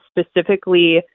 specifically